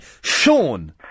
Sean